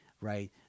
right